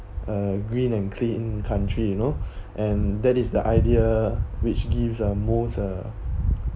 uh green and clean country you know and that is the idea which gives uh most uh